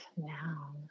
now